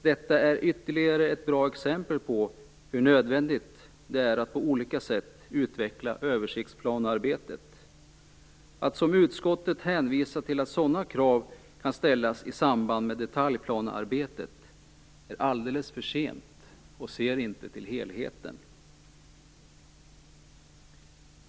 Detta är ytterligare ett bra exempel på hur nödvändigt det är att på olika sätt utveckla översiktsplanearbetet. Utskottet hänvisar till att sådana krav kan ställas i samband med detaljplanearbetet. Det är alldeles för sent, och det gör att man inte ser till helheten.